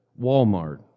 Walmart